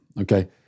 okay